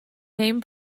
name